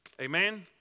Amen